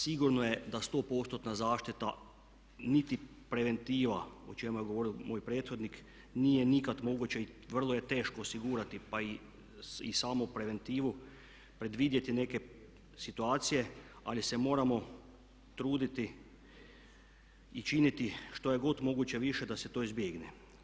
Sigurno je da stopostotna zaštita niti preventiva o čemu je govorio moj prethodnik nije nikad moguće i vrlo je teško osigurati pa i samu preventivu predvidjeti neke situacije ali se moramo truditi i činiti što je god moguće više da se to izbjegne.